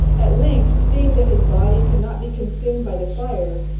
at length, seeing that his body could not be consumed by the fire,